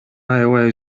аябай